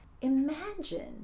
imagine